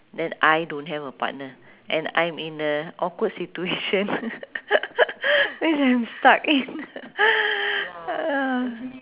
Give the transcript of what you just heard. then I don't have a partner and I'm in a awkward situation which I'm stuck in